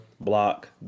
block